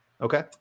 Okay